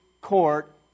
court